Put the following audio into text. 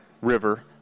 River